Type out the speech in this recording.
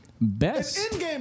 Best